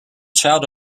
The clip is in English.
child